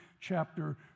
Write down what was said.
chapter